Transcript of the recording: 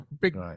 big